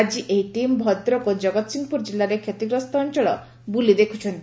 ଆଜି ଏହି ଟିମ୍ ଭଦ୍ରକ ଓ କଗତ୍ସିଂହପୁର ଜିଲ୍ଲାରେ କ୍ଷତିଗ୍ରସ୍ତ ଅଞ୍ଚଳ ବୁଲି ଦେଖୁଛନ୍ତି